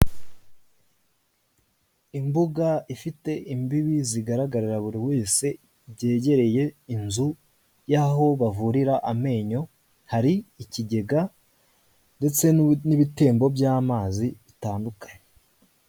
Imbuga ifite imbibi zigaragarira buri wese byegereye inzu y'aho bavurira amenyo hari ikigega ndetse n'ibitembo by'amazi bitandukanye.